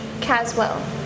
Caswell